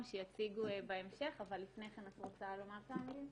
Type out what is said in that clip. שיציגו בהמשך אבל לפני כן את רוצה לומר כמה מילים?